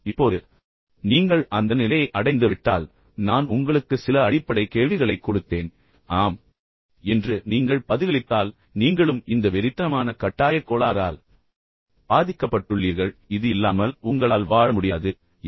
இப்போது நீங்கள் அந்த நிலையை அடைந்துவிட்டால் நான் உங்களுக்கு சில அடிப்படைக் கேள்விகளைக் கொடுத்தேன் ஆம் ஆம் ஆம் என்று நீங்கள் அனைவரும் உறுதியுடன் பதிலளித்தால் நீங்களும் இந்த வெறித்தனமான கட்டாயக் கோளாறால் பாதிக்கப்பட்டுள்ளீர்கள் இது இல்லாமல் உங்களால் வாழ முடியாது நீங்கள் வெறித்தனமாக இருக்கிறீர்கள்